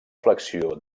flexió